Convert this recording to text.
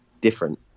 different